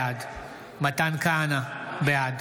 בעד מתן כהנא, בעד